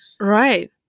Right